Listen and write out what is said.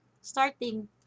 starting